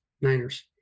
Niners